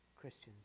Christians